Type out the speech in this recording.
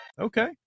Okay